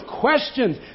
questions